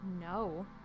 No